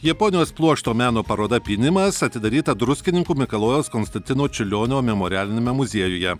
japonijos pluošto meno paroda pynimas atidaryta druskininkų mikalojaus konstantino čiurlionio memorialiniame muziejuje